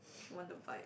if you want the vibe